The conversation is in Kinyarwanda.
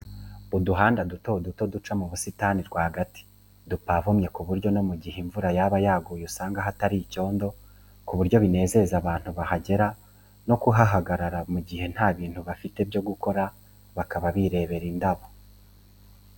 Uduhanda duto duto duca mu busitani rwagati, dupavomye ku buryo no mu gihe imvura yaba yaguye usanga hatari icyondo ku buryo binezeza abantu kuhagera no kuhahagarara mu gihe nta bintu bafite byo gukora bakaba birebera indabo.